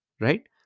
Right